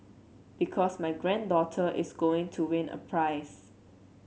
because my granddaughter is going to win a prize